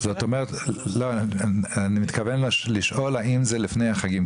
אני מתכוון לשאול האם זה לפני החגים,